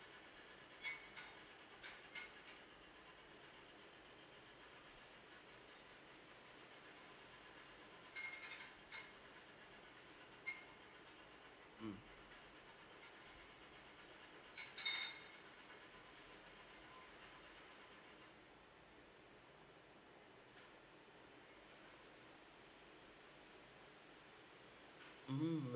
mm mmhmm